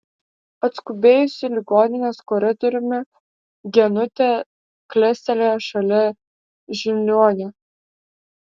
atskubėjusi ligoninės koridoriumi genutė klestelėjo šalia žiniuonio